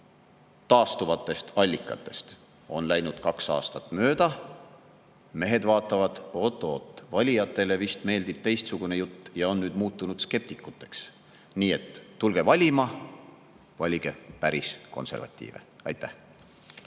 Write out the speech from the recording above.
taastuvatest allikatest!" On läinud kaks aastat mööda, mehed vaatavad: oot-oot, valijatele meeldib teistsugune jutt, ja nüüd on nad muutunud skeptikuteks. Nii et tulge valima! Valige päris konservatiive! Aitäh!